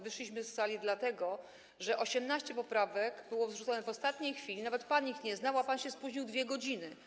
Wyszliśmy z sali, dlatego że 18 poprawek było wrzuconych w ostatniej chwili, nawet pan ich nie znał, a spóźnił się pan 2 godziny.